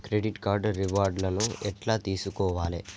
Credit card reward లను ఎట్ల తెలుసుకోవాలే?